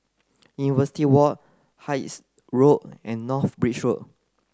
University Walk Hythe Road and North Bridge Road